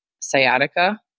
sciatica